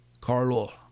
Carlo